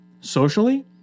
socially